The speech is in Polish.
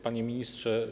Panie Ministrze!